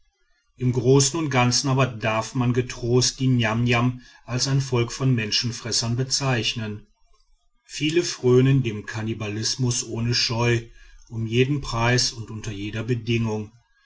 im großen und ganzen aber darf man getrost die niamniam als ein volk von menschenfressern bezeichnen viele frönen dem kannibalismus ohne scheu um jeden preis und unter jeder bedingung